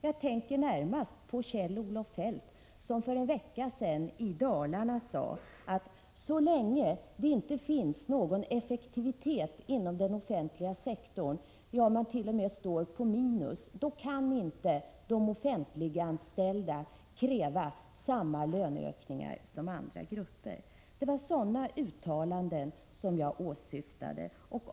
Jag tänker närmast på Kjell-Olof Feldt, som för en vecka sedan i Dalarna sade att så länge det inte finns någon effektivitet inom den offentliga sektorn — ja, man står t.o.m. på minus enligt hans uppfattning — kan inte de offentliganställda kräva samma löneökningar som andra grupper. Det var sådana uttalanden jag åsyftade.